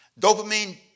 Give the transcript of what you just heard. Dopamine